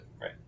Right